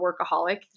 workaholic